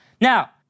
Now